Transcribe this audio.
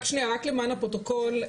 רק למען הפרוטוקול,